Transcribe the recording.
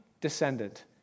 descendant